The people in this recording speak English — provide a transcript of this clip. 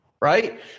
Right